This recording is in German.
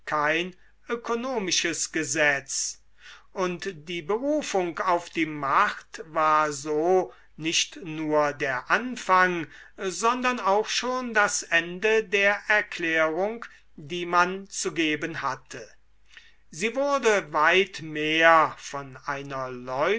ökonomisches gesetz und die berufung auf die macht war so nicht nur der anfang sondern auch schon das ende der erklärung die man zu geben hatte sie wurde weit mehr von einer